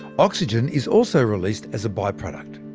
oxygen is also released as a by-product.